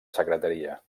secretaria